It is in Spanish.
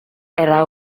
era